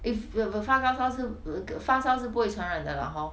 if you 有发高烧是 err 发烧是不会传染的 lah hor